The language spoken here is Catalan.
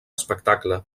espectacle